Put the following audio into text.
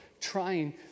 trying